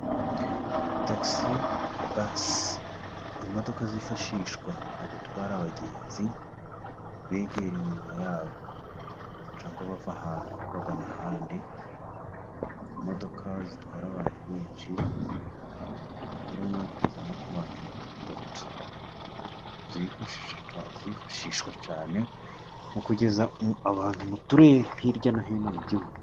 Tagisibasi, imodoka zifashishwa mu gutwara abagenzi bagiye mu miririmo yabo cyangwa bava ahantu bagana ahandi. Imodoka zitwara abantu benshi kuva kuri umwe kugeza no ku bantu mirongo. Zifashishwa cyane mu kugeza abantu mu turere hirya no hino mu gihugu.